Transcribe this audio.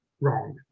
wrong